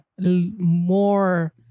more